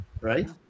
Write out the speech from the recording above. right